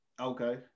Okay